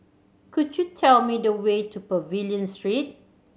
could you tell me the way to Pavilion Street